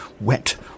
wet